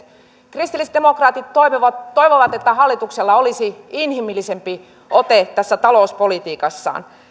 kristillisdemokraatit toivovat että hallituksella olisi inhimillisempi ote tässä talouspolitiikassaan